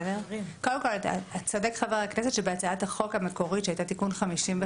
קודם כל צודק חבר הכנסת שבהצעת החוק המקורית שהייתה תיקון 55,